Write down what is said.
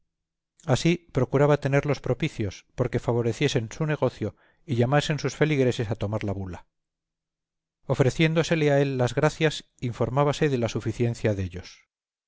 ansí procuraba tenerlos propicios porque favoreciesen su negocio y llamasen sus feligreses a tomar la bula ofreciéndosele a él las gracias informábase de la suficiencia dellos